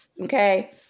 Okay